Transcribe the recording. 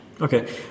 Okay